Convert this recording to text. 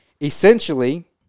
essentially